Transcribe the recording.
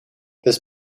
this